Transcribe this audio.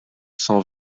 cent